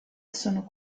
sono